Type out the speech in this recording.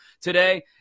today